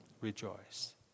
Rejoice